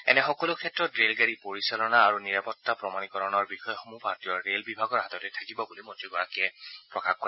এনে সকলো ক্ষেত্ৰত ৰেলগাড়ী পৰিচালনা আৰু নিৰাপত্তা প্ৰমাণিকৰণৰ বিষয়সমূহ ভাৰতীয় ৰেল বিভাগৰ হাততেই থাকিব বুলি মন্ত্ৰীগৰাকীয়ে প্ৰকাশ কৰে